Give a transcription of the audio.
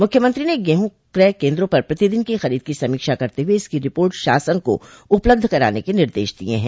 मुख्यमंत्री ने गेहूं क्रय केन्द्रों पर प्रतिदिन की खरीद की समीक्षा करते हुए इसकी रिपोर्ट शासन को उपलब्ध कराने के निर्देश दिये हैं